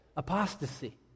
Apostasy